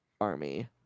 Army